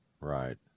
Right